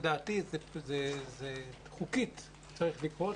לדעתי חוקית צריך לפעול,